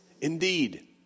indeed